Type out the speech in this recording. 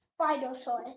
Spinosaurus